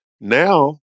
now